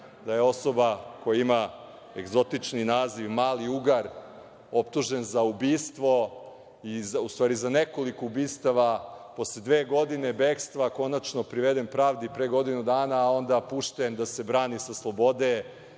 da osoba koja ima egzotični naziv Mali Ugar, optužen za ubistvo, u stvari za nekoliko ubistava, posle dve godine bekstva konačno priveden pravdi pre godinu dana, a onda pušten da se brani sa slobode,